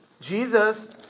Jesus